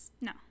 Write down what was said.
no